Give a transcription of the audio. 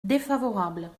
défavorable